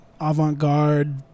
avant-garde